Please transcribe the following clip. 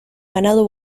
ganado